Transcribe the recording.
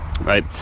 right